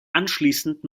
anschließend